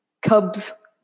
Cubs